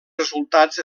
resultats